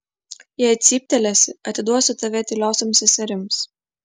jei cyptelėsi atiduosiu tave tyliosioms seserims